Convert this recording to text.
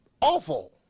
Awful